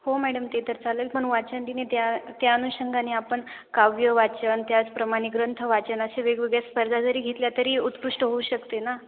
हो मॅडम ते तर चालेल पण वाचनदिन आहे त्या त्या अनुषंगाने आपण काव्यवाचन त्याचप्रमाणे ग्रंथवाचन अशा वेगवेगळ्या स्पर्धा जरी घेतल्या तरी उत्कृष्ट होऊ शकते ना